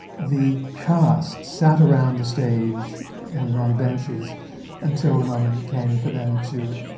the cast sat around the stage and on benches until the moment came for them to